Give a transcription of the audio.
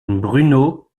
bruno